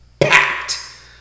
packed